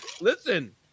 listen